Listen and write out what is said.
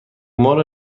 مرغ